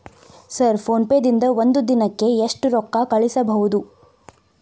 Sir PhonePe ದಿಂದ ಒಂದು ದಿನಕ್ಕೆ ಎಷ್ಟು ರೊಕ್ಕಾ ಕಳಿಸಬಹುದು?